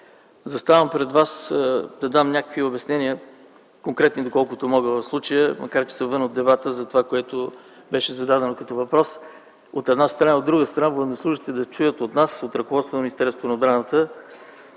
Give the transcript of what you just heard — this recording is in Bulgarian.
Заставам пред вас, за да дам някакви конкретни обяснения, доколкото мога в случая, макар че съм вън от дебата за това, което беше зададено като въпрос, от една страна. От друга страна, военнослужещите да чуят от нас, от ръководството на Министерството на отбраната,